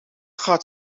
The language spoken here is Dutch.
gaat